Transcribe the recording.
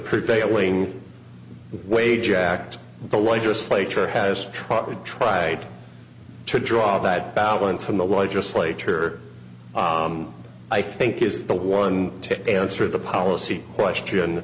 prevailing wage act the legislature has tried and tried to draw that balance in the legislature i think is the one to answer the policy question